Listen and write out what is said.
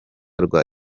rwa